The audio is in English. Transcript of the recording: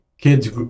kids